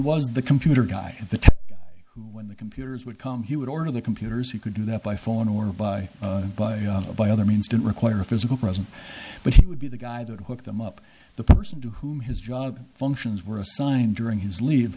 was the computer guy at the when the computers would come he would order the computers he could do that by phone or by by by other means didn't require a physical presence but he would be the guy that hooked them up the person to whom his job functions were assigned during his leave